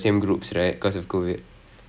ya ya